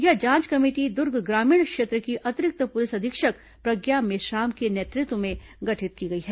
यह जांच कमेटी दुर्ग ग्रामीण क्षेत्र की अतिरिक्त पुलिस अधीक्षक प्रज्ञा मेश्राम के नेतृत्व में गठित की गई है